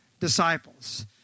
disciples